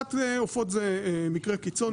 שפעת עופות זה מקרה קיצון.